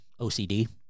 OCD